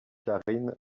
karine